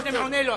אני קודם עונה לו,